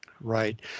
Right